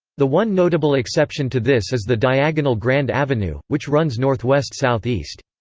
the one notable exception to this is the diagonal grand avenue, which runs northwest-southeast.